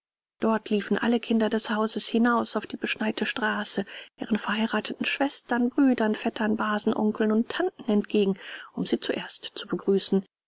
dort liefen alle kinder des hauses hinaus auf die beschneite straße ihren verheirateten schwestern brüdern vettern basen onkeln und tanten entgegen um sie zuerst zu begrüßen